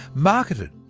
marketed.